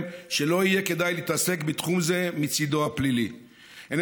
שלא יהיה כדאי להתעסק בתחום זה מצידו הפלילי.